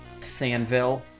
Sandville